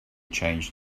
changed